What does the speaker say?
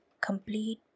complete